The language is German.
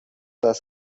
das